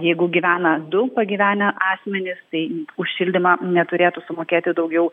jeigu gyvena du pagyvenę asmenys tai už šildymą neturėtų sumokėti daugiau